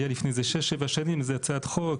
היה לפני איזה שש או שבע שנים הצעת חוק,